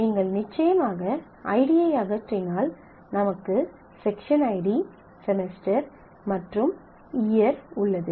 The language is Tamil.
நீங்கள் நிச்சயமாக ஐடியை அகற்றினால் நமக்கு செக்ஷன் ஐடி செமஸ்டர் மற்றும் இயர் உள்ளது